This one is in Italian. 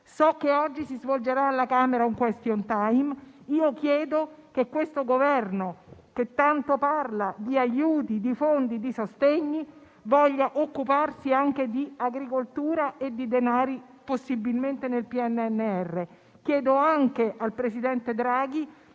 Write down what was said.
So che oggi si svolgerà alla Camera un *question time*. Io chiedo che questo Governo, che tanto parla di aiuti, di fondi, di sostegni, voglia occuparsi anche di agricoltura e stanzi denari, possibilmente nel PNRR. Chiedo altresì al presidente Draghi